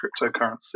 cryptocurrency